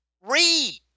Read